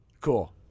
Cool